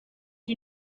you